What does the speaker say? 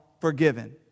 forgiven